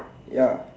ya